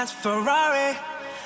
Ferrari